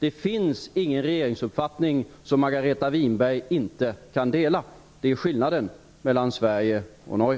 Det finns ingen regeringsuppfattning som Margareta Winberg inte kan dela. Det är skillnaden mellan Sverige och Norge.